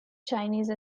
chinese